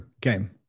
game